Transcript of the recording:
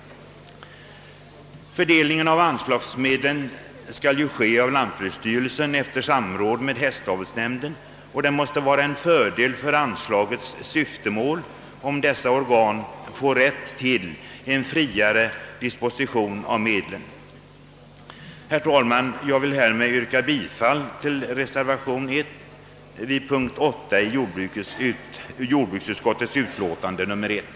Fördelningen av anslagsmedlen skall nu göras av lantbruksstyrelsen efter samråd med hästavelsnämnden, och det måste vara en fördel med tanke på anslagets syfte, om dessa organ får rätt till en friare disposition av medlen. Herr talman! Jag vill härmed yrka bifall till reservation 1 vid punkten 8 i jordbruksutskottets utlåtande nr 1.